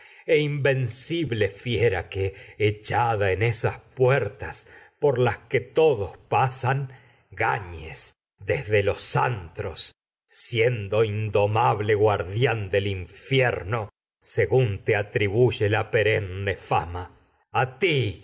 diosas invencible que esas puertas por las que todos pasan siendo gañes desde los antros indomable guardián del a infierno según te atri buye la perenne fama ti